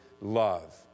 love